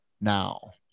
now